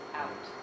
out